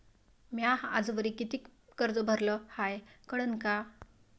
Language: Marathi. म्या आजवरी कितीक कर्ज भरलं हाय कळन का?